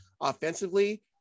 offensively